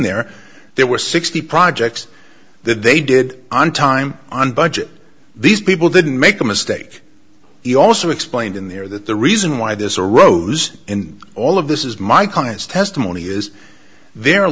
there there were sixty projects that they did on time on budget these people didn't make a mistake he also explained in there that the reason why this arose in all of this is my con is testimony is the